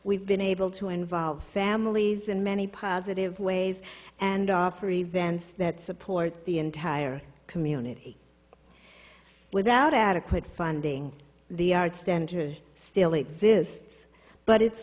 we've been able to involve families in many positive ways and offer events that support the entire community without adequate funding the art stand still exists but it's